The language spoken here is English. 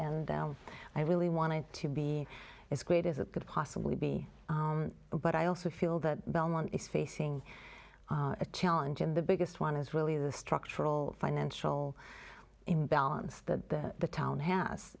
and i really wanted to be as great as it could possibly be but i also feel that belmont is facing a challenge and the biggest one is really the structural financial imbalance the town has